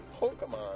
Pokemon